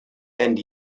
and